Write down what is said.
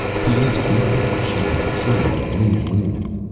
he asked myrtle if she had seen the new moon.